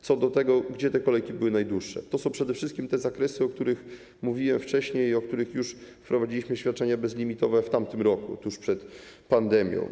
Co do tego, gdzie te kolejki były najdłuższe - to są przede wszystkim te zakresy, o których mówiłem wcześniej i w których już wprowadziliśmy świadczenia bezlimitowe w tamtym roku, tuż przed pandemią.